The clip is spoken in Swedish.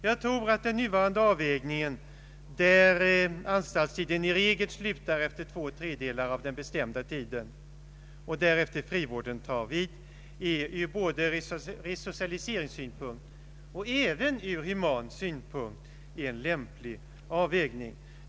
Jag tror att den nuvarande avvägningen, där anstaltstiden i regel upphör efter två tredjedelar av den bestämda strafftiden och därefter frivården tar vid, från både resocialiseringsoch human synpunkt är en lämplig avvägning.